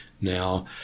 Now